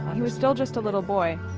he was still just a little boy.